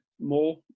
more